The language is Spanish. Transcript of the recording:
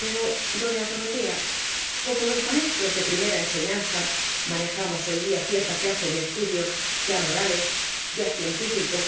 pero doña dorotea como los maestros de primera enseñanza manejamos hoy día cierta clase de estudios ya morales ya científicos